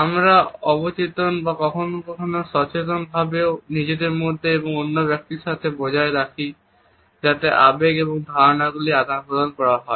আমরা অচেতন বা কখনো কখনো সচেতন ভাবেও নিজেদের মধ্যে এবং অন্য ব্যক্তির সাথে বজায় রাখি যাতে আবেগ এবং ধারণাগুলি আদান প্রদান করা যায়